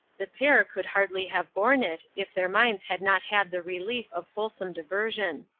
the pair could hardly have borne it if their minds had not had the relief of wholesome diversion.